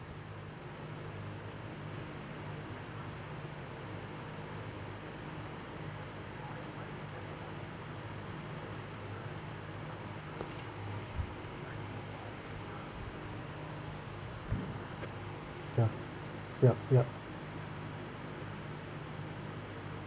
ya ya ya